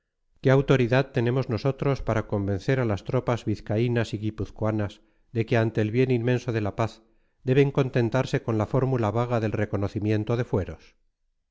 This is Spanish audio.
qué autoridad tenemos nosotros para convencer a las tropas vizcaínas y guipuzcoanas de que ante el bien inmenso de la paz deben contentarse con la fórmula vaga del reconocimiento de fueros